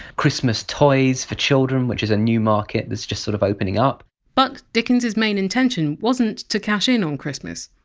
christmas toys for children which is a new market that's just sort of opening up but, dickens's main intention wasn't to cash in on christmas.